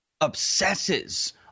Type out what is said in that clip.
obsesses